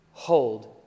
Hold